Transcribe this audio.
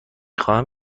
خواهم